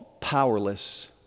powerless